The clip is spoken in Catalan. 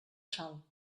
sal